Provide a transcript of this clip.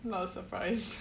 not surprised